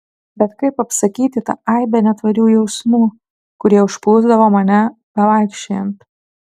bet kaip apsakyti tą aibę netvarių jausmų kurie užplūsdavo mane bevaikščiojant